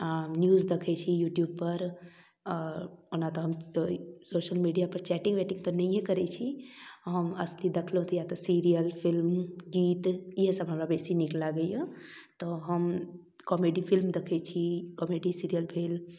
आओर न्यूज देखै छी यूट्यूबपर ओना तऽ हम सोशल मिडियापर चैटिंग वैटिंग तऽ नहिये करै छी हम अथी देखलहुँ तऽ या तऽ सीरीयल फिल्म गीत इएहे सब हमरा बेसी नीक लागैय तऽ हम कॉमेडी फिल्म देखै छी कॉमेडी सीरीयल भेल